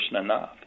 enough